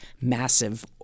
massive